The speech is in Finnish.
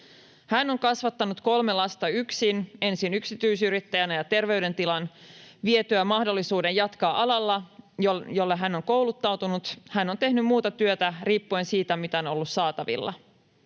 Hän on kasvattanut kolme lasta yksin. Ensin yksityisyrittäjänä ja terveydentilan vietyä mahdollisuuden jatkaa alalla, jolle hän on kouluttautunut, hän on tehnyt muuta työtä riippuen siitä, mitä on ollut saatavilla.